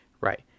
right